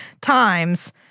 times